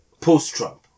post-Trump